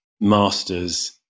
masters